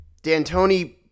D'Antoni